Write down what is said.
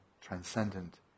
transcendent